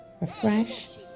refresh